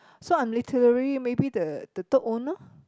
so I'm literally maybe the the third owner